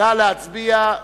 נא להצביע.